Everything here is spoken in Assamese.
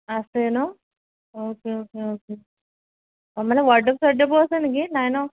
আছে ন অ'কে অ'কে অ'কে মানে ৱাৰ্ডদৱ ছোৱাৰ্ডদবো আছে নেকি নাই ন